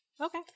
Okay